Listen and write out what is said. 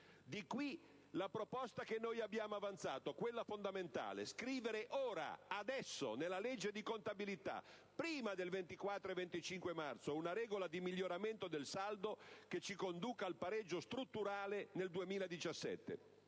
Di qui la proposta fondamentale che abbiamo avanzato: scrivere ora, adesso, nella legge di contabilità, prima del 24 e 25 marzo, una regola di miglioramento del saldo che ci conduca al pareggio strutturale nel 2017.